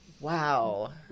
Wow